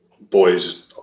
boys